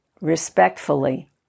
respectfully